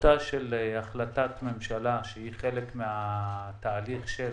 טיוטה של החלטת ממשלה שהיא חלק מהתהליך של